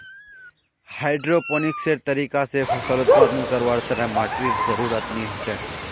हाइड्रोपोनिक्सेर तरीका स फसल उत्पादन करवार तने माटीर जरुरत नी हछेक